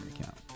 account